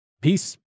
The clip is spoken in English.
Peace